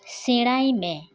ᱥᱮᱬᱟᱭ ᱢᱮ